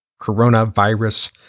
coronavirus